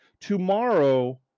tomorrow